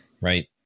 right